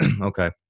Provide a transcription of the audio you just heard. Okay